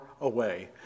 away